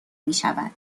میشود